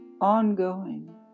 Ongoing